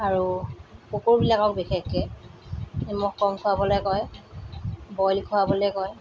আৰু কুকুৰবিলাকক বিশেষকৈ নিমখ কম খোৱাবলৈ কয় বইল খোৱাবলৈ কয়